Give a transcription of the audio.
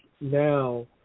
now